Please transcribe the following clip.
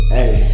Hey